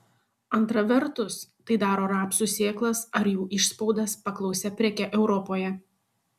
antra vertus tai daro rapsų sėklas ar jų išspaudas paklausia preke europoje